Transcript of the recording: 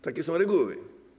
Takie są reguły.